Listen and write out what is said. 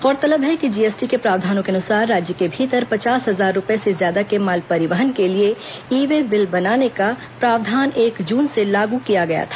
गौरतलब है कि जीएसटी के प्रावधानों के अनुसार राज्य के भीतर पचास हजार रूपए से ज्यादा के माल परिवहन के लिए ई वे बिल बनाने का प्रावधान एक जून से लागू किया गया था